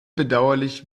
bedauerlich